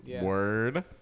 Word